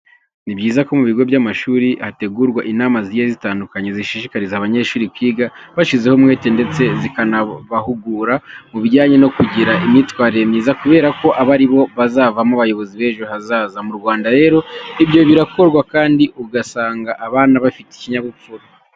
Ni byiza ko mu bigo by'amashuri hategurwa inama zigiye zitandukanye zishishikariza abanyeshuri kwiga bashyizeho umwete, ndetse zikanabahugura mu bijyanye no kugira imyitwarire myiza kubera ko aba ari bo bazavamo abayobozi b'ejo hazaza. Mu Rwanda rero ibyo birakorwa kandi ugusanga abana bafite ikinyabupfura.